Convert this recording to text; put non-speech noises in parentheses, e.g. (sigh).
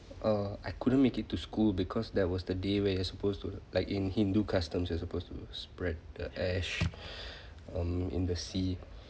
uh I couldn't make it to school because that was the day where you're supposed to like in hindu customs you're supposed to spread the ash (breath) um in the sea